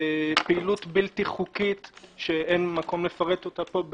פעילות בלתי-חוקית שאין מקום לפרט אותה פה,